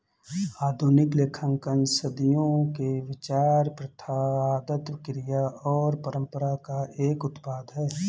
आधुनिक लेखांकन सदियों के विचार, प्रथा, आदत, क्रिया और परंपरा का एक उत्पाद है